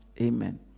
Amen